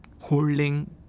holding